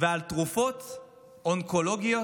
תרופות אונקולוגיות,